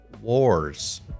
wars